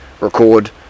record